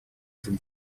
from